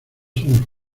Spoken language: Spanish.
somos